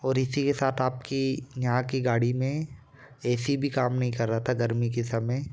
और इसी के साथ आपकी यहाँ की गाड़ी में ए सी भी काम नहीं कर रहा था गर्मी के समय